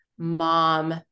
mom